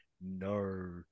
no